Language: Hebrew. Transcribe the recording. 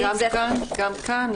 גם כאן,